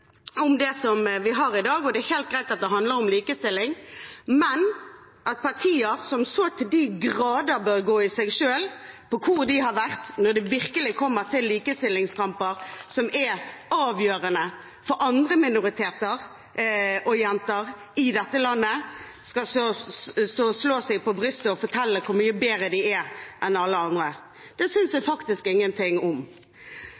om likestilling – at partier som så til de grader bør gå i seg selv med hensyn til hvor de har vært når det virkelig kommer til likestillingskamper som er avgjørende for minoriteter og jenter i dette landet, skal slå seg på brystet og fortelle hvor mye bedre de er enn alle andre. Det synes jeg faktisk ingenting om.